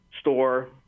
store